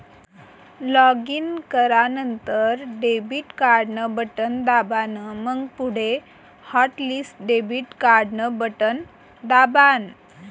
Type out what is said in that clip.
login करानंतर debit card न button दाबान, मंग पुढे हॉटलिस्ट डेबिट कार्डन बटन दाबान